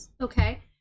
okay